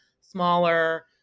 smaller